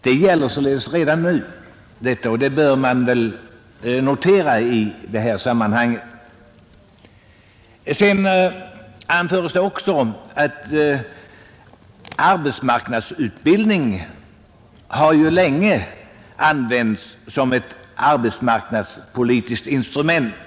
Detta gäller redan nu, och det bör man notera i sammanhanget. Vidare anför utskottet att arbetsmarknadsutbildning länge har använts som ett arbetsmarknadspolitiskt instrument.